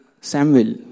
Samuel